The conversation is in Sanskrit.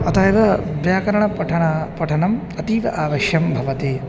अतः एव व्याकरणपठनं पठनम् अतीव आवश्यकं भवति